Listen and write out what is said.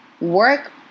work